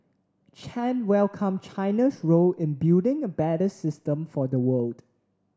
chan welcomed China's role in building a better system for the world